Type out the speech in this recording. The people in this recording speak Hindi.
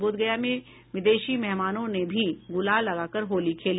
बोधगया में विदेशी मेहमानों ने भी गुलाल लगाकर होली खेली